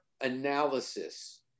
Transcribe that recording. analysis